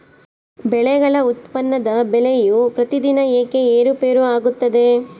ಬೆಳೆಗಳ ಉತ್ಪನ್ನದ ಬೆಲೆಯು ಪ್ರತಿದಿನ ಏಕೆ ಏರುಪೇರು ಆಗುತ್ತದೆ?